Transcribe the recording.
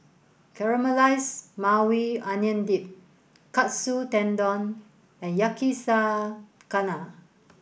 Caramelized Maui Onion Dip Katsu Tendon and Yakizakana